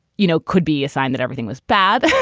you know, could be a sign that everything was bad,